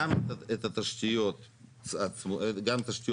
גם את התשתיות צמודות,